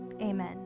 Amen